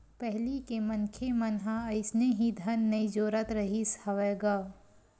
पहिली के मनखे मन ह अइसने ही धन नइ जोरत रिहिस हवय गा